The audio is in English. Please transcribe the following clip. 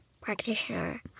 practitioner